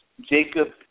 Jacob